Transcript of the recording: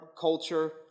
culture